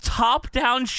top-down